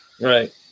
Right